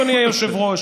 אדוני היושב-ראש,